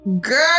Girl